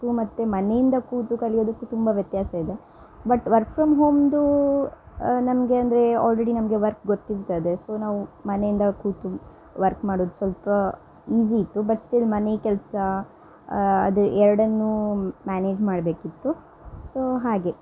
ಕ್ಕೂ ಮತ್ತೆ ಮನೆಯಿಂದ ಕೂತು ಕಲಿಯೋದಕ್ಕೂ ತುಂಬಾ ವ್ಯತ್ಯಾಸ ಇದೆ ಬಟ್ ವರ್ಕ್ ಫ್ರಮ್ ಹೋಮ್ದೂ ನಮಗೆ ಅಂದರೆ ಆಲ್ರೆಡಿ ನಮಗೆ ವರ್ಕ್ ಗೊತ್ತಿರ್ತದೆ ಸೋ ನಾವು ಮನೆಯಿಂದ ಕೂತು ವರ್ಕ್ ಮಾಡೋದು ಸ್ವಲ್ಪ ಈಝಿ ಇತ್ತು ಬಟ್ ಸ್ಟಿಲ್ ಮನೆ ಕೆಲಸ ಅದು ಎರಡನ್ನೂ ಮ್ಯಾನೇಜ್ ಮಾಡಬೇಕಿತ್ತು ಸೊ ಹಾಗೆ